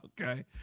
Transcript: Okay